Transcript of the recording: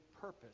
purpose